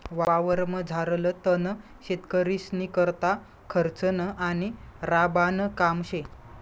वावरमझारलं तण शेतकरीस्नीकरता खर्चनं आणि राबानं काम शे